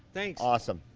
thanks. awesome.